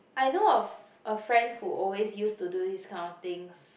I know of a friend who always use to do this kind of things